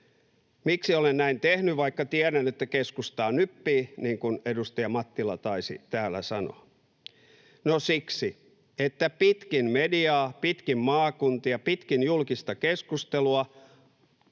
Miksi olen näin tehnyt, vaikka tiedän, että keskustaa nyppii, niin kuin edustaja Mattila taisi täällä sanoa. No siksi, että pitkin mediaa, pitkin maakuntia ja pitkin julkista keskustelua